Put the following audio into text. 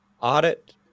audit